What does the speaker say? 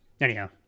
Anyhow